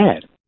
bad